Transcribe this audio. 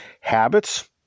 Habits